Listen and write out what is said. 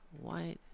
White